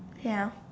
ya